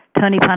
Tony